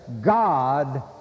God